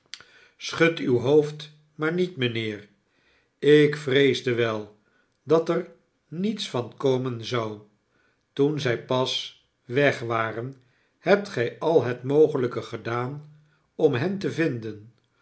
aschud uw hoofd maar niet rnijnheer ik vreesde wel dat er niets van komen zou toen zij pas weg waren hebt gij al het mogelijke gedaan om hen te vinden